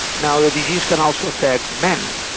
now the disease can also affect men,